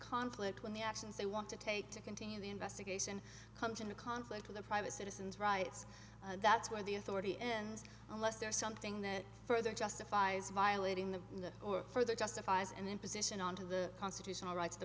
conflict when the actions they want to take to continue the investigation comes into conflict with a private citizen's rights that's where the authority and unless there's something that further justifies violating the or further justifies an imposition onto the constitutional rights t